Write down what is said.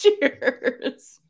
Cheers